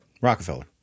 Rockefeller